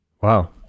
Wow